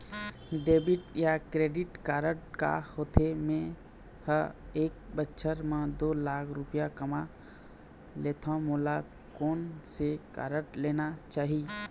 Debit या credit card का होथे, मे ह एक बछर म दो लाख रुपया कमा लेथव मोला कोन से कारड लेना चाही?